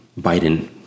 Biden